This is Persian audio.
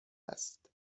است